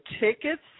tickets